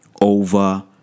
over